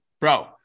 bro